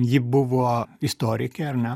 ji buvo istorikė ar ne